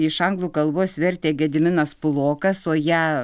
iš anglų kalbos vertė gediminas pulokas o ją